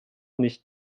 nicht